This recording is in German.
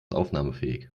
aufnahmefähig